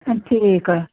हाँ ठीक है